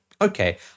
okay